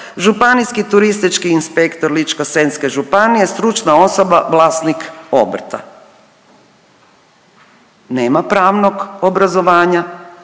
županijski turistički inspektor Ličko-senjske županije, stručna osoba, vlasnik obrta. Nema pravnog obrazovanja,